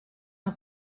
are